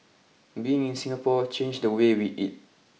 being in Singapore changed the way we eat